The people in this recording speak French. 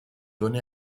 donné